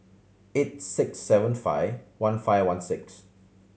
eight six seven five one five one six